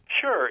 Sure